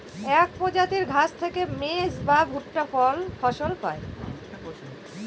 এক প্রজাতির ঘাস থেকে মেজ বা ভুট্টা ফসল পায়